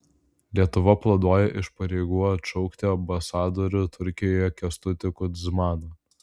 lietuva planuoja iš pareigų atšaukti ambasadorių turkijoje kęstutį kudzmaną